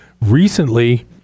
Recently